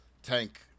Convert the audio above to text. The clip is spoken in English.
Tank